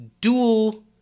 dual